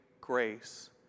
grace